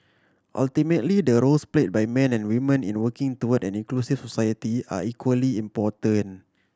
ultimately the roles played by men and women in working toward an inclusive society are equally important